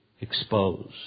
exposed